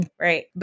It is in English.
right